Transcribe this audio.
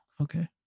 Okay